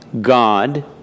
God